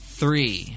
three